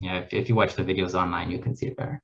‫אם תראו את הוידאו אונליין, תוכלו לראות את זה טוב יותר.